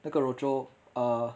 那个 rochor ah